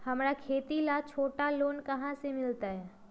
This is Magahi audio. हमरा खेती ला छोटा लोने कहाँ से मिलतै?